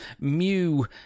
Mew